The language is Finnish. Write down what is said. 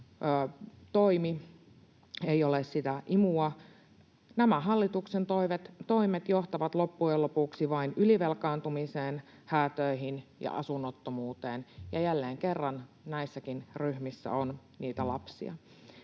toimi, ei ole sitä imua. Nämä hallituksen toimet johtavat loppujen lopuksi vain ylivelkaantumiseen, häätöihin ja asunnottomuuteen, ja jälleen kerran näissäkin ryhmissä on niitä lapsia.